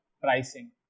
pricing